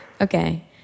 Okay